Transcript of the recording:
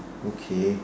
okay